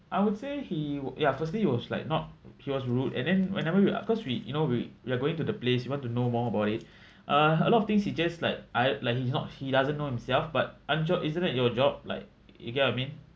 I would say he ya firstly he was like not he was rude and then whenever we ah cause we you know we we are going to the place you want to know more about it ah a lot of things he just like I like he's not he doesn't know himself but aren't y'all isn't it your job like you get what I mean